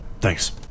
Thanks